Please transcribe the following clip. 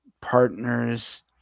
Partners